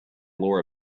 laura